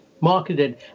marketed